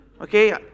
Okay